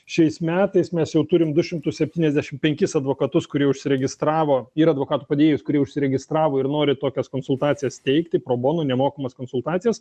šiais metais mes jau turim du šimtus septyniasdešim penkis advokatus kurie užsiregistravo ir advokatų padėjėjus kurie užsiregistravo ir nori tokias konsultacijas teikti pro bono nemokamas konsultacijas